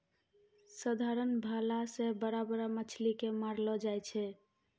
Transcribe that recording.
साधारण भाला से बड़ा बड़ा मछली के मारलो जाय छै